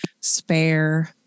spare